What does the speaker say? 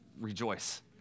rejoice